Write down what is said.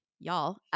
Y'all